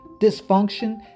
dysfunction